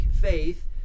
faith